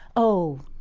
oh.